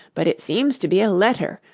but it seems to be a letter,